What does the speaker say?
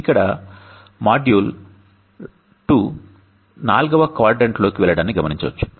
ఇక్కడ మాడ్యూల్ 2 నాల్గవ క్వాడ్రంట్లోకి వెళ్లడాన్ని గమనించవచ్చు